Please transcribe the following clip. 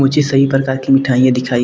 मुझे सभी प्रकार की मिठाईयाँ दिखाएँ